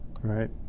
right